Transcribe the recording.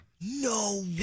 No